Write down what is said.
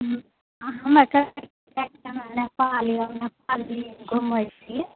नेपाल घुमै छी